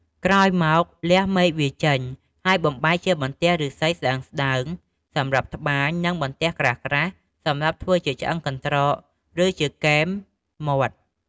ក្រោយមក លះមែកវាចេញ ហើយបំបែកជាបន្ទះឫស្សីស្ដើងៗ សម្រាប់ត្បាញ និងបន្ទះក្រាស់ៗសម្រាប់ធ្វើឆ្អឹងកន្រ្តក ឬជាគែមមាត់។